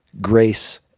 grace